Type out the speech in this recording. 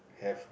have